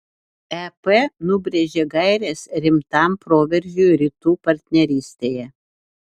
ep nubrėžė gaires rimtam proveržiui rytų partnerystėje